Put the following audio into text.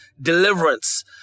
deliverance